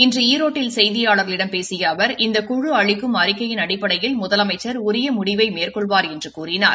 இன்று ஈரோட்டில் செய்தியாளர்களிடம் பேசிய அவர் இந்த குழு அளிக்கும் அறிக்கையின் அடிப்படையில் முதலமைச்சர் உரிய முடிவினை மேற்கொள்வார் என்று கூறினார்